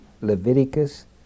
Leviticus